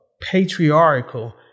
patriarchal